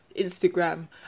Instagram